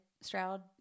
Stroud